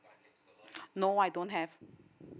no I don't have